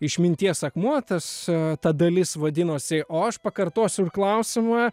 išminties akmuo tas ta dalis vadinosi o aš pakartosiu ir klausimą